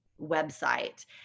website